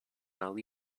ali